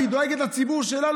והיא דואגת לציבור שלה,